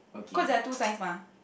caused there are two signs mah